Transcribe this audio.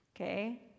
Okay